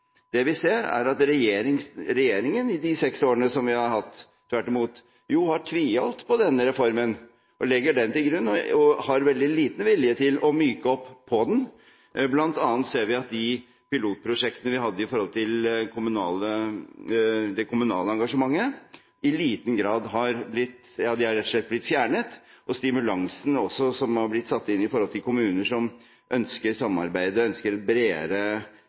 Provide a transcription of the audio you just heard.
Det vi ser, er at regjeringen i de seks årene som har gått, tvert imot har tviholdt på denne reformen. Man legger den til grunn og har veldig liten vilje til å myke opp i den. Blant annet ser vi at de pilotprosjektene vi hadde med hensyn til det kommunale engasjementet, rett og slett er blitt fjernet, og stimulansen som er blitt satt inn overfor kommuner som ønsker et samarbeid, som ønsker et